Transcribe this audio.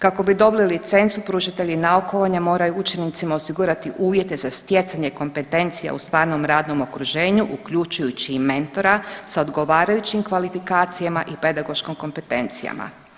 Kako bi dobili licencu pružitelji naukovanja moraju učenicima osigurati uvjete za stjecanje kompetencija u stvarnom radnom okruženju uključujući i mentora sa odgovarajućim kvalifikacijama i pedagoškim kompetencijama.